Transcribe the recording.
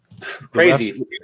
Crazy